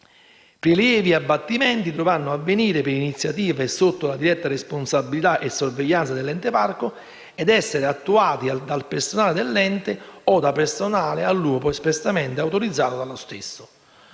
I prelievi e gli abbattimenti dovranno avvenire per iniziativa e sotto la diretta responsabilità e sorveglianza dell'Ente parco ed essere attuati dal personale dell'ente o all'uopo espressamente autorizzato dallo stesso.